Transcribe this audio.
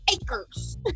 acres